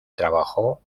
trabajó